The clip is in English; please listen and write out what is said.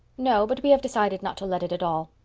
no, but we have decided not to let it at all.